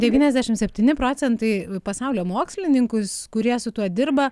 devyniasdešimts septyni procentai pasaulio mokslininkus kurie su tuo dirba